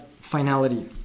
finality